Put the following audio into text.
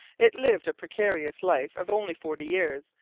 it lived a precarious life of only forty years,